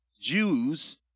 Jews